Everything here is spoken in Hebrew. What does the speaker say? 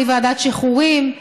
בלי ועדת שחרורים,